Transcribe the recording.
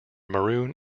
maroon